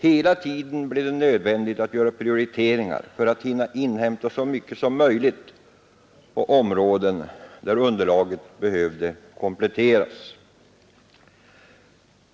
Hela tiden blev det nödvändigt att göra prioriteringar för att hinna inhämta så mycket som möjligt på områden där underlaget behövde kompletteras.